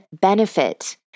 benefit